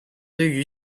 对于